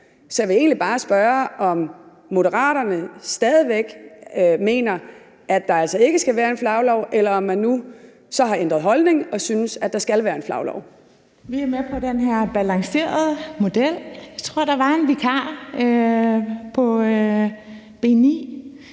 Så jeg vil egentlig bare spørge, om Moderaterne stadig væk mener, at der altså ikke skal være en flaglov, eller om man nu så har ændret holdning og synes, at der skal være en flaglov. Kl. 13:34 Nanna W. Gotfredsen (M): Vi er med på den her balancerede model. Jeg tror, der var en vikar på B